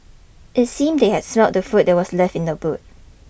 it seemed that they had smelt the food that was left in the boot